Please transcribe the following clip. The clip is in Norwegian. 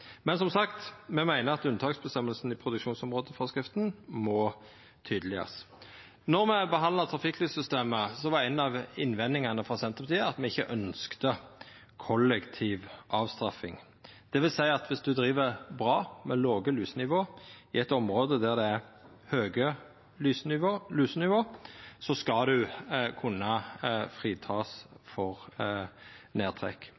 Men som sagt meiner me at unntaksbestemminga i produksjonsområdeforskrifta må tydeleggjerast. Då me behandla trafikklyssystemet, var ei av innvendingane frå Senterpartiet at me ikkje ønskte kollektiv straff, det vil seia at viss ein driv bra med låge lusenivå i eit område der det er høge lusenivå, skal ein kunna fritakast frå nedtrekk.